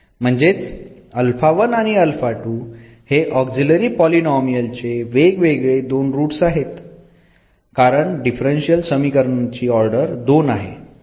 म्हणजेच हे ऑक्झिलरी पॉलीनोमियलचे वेगवेगळे दोन रूट्स आहेत कारण डिफरन्शियल समीकरण ची ऑर्डर दोन आहे